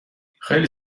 خیلی